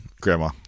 Grandma